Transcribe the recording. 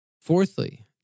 Fourthly